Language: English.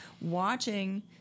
watching